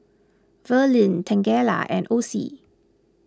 Verlin Tangela and Osie